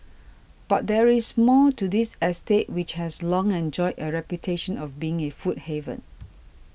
but there is more to this estate which has long enjoyed a reputation of being a food haven